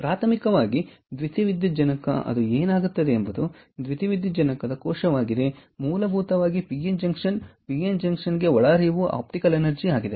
ಪ್ರಾಥಮಿಕವಾಗಿ ದ್ಯುತಿವಿದ್ಯುಜ್ಜನಕ ಅದು ಏನಾಗುತ್ತದೆ ಎಂಬುದು ದ್ಯುತಿವಿದ್ಯುಜ್ಜನಕ ಕೋಶವಾಗಿದೆ ಮೂಲಭೂತವಾಗಿ P N junction P N ಜಂಕ್ಷನ್ಗೆ ಒಳಹರಿವು ಆಪ್ಟಿಕಲ್ ಎನರ್ಜಿ ಆಗಿದೆ